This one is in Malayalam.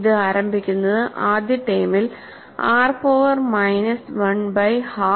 ഇത് ആരംഭിക്കുന്നത് ആദ്യ ടേമിൽ r power minus 1 by half into c11